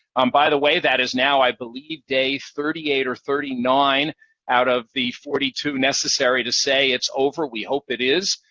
um by the way, that is now, i believe, day thirty eight or thirty nine out of the forty two necessary to say it's over. we hope it is.